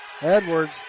Edwards